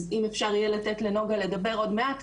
אז אם אפשר יהיה לתת לנוגה לדבר עוד מעט,